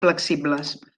flexibles